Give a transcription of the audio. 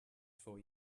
for